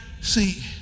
see